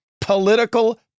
political